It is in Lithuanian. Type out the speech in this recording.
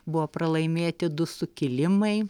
buvo pralaimėti du sukilimai